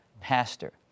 pastor